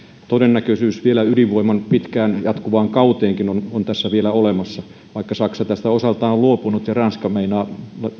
todennäköisyys ydinvoiman vielä pitkään jatkuvaan kauteenkin on on tässä vielä olemassa vaikka saksa tästä osaltaan on luopunut ja ranska meinaa